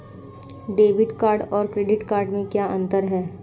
Debit card और credit card में क्या अंतर है?